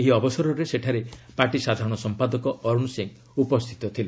ଏହି ଅବସରରେ ସେଠାରେ ପାର୍ଟି ସାଧାରଣ ସମ୍ପାଦକ ଅରୁଣ ସିଂହ ଉପସ୍ଥିତ ଥିଲେ